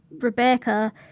Rebecca